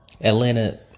Atlanta